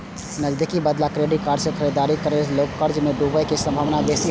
नकदी के बदला क्रेडिट कार्ड सं खरीदारी करै सं लोग के कर्ज मे डूबै के संभावना बेसी होइ छै